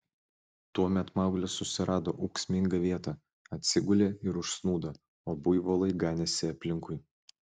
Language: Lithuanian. tuomet mauglis susirado ūksmingą vietą atsigulė ir užsnūdo o buivolai ganėsi aplinkui